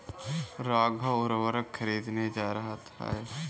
राघव उर्वरक खरीदने जा रहा है